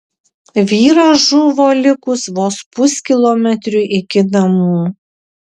vyras žuvo likus vos puskilometriui iki namų